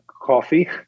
coffee